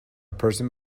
person